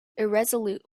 irresolute